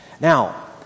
Now